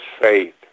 faith